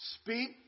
Speak